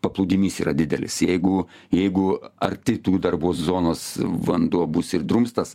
paplūdimys yra didelis jeigu jeigu arti tų darbų zonos vanduo bus ir drumstas